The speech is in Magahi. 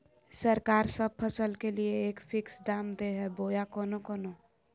सरकार सब फसल के लिए एक फिक्स दाम दे है बोया कोनो कोनो?